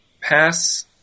Pass